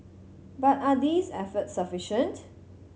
but are these efforts sufficient